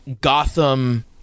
Gotham